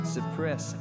Suppress